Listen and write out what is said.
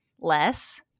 less